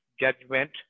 judgment